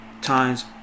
times